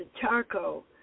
charcoal